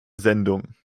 sendung